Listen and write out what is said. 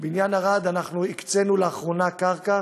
אנחנו הקצינו לאחרונה קרקע